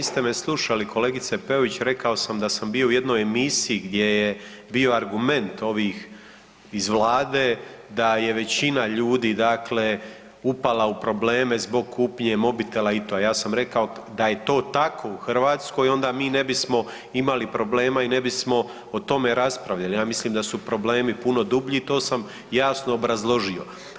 Niste me slušali kolegice Peović, rekao sam da sam bio u jednoj emisiji gdje je bio argument ovih iz Vlade da je većina ljudi dakle upala u probleme zbog kupnje mobitela i to, ja sam rekao da je to tako u Hrvatskoj, onda mi ne bismo imali problema i ne bismo o tome raspravljali, ja mislim da su problemi puno dublji i to sam jasno obrazložio.